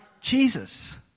Jesus